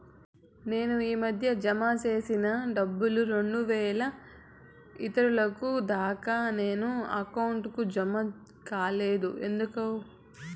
నేను ఈ మధ్య జామ సేసిన డబ్బులు రెండు వేలు ఇంతవరకు దాకా నా అకౌంట్ కు జామ కాలేదు ఎందుకు?